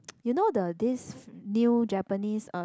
you know the this new Japanese uh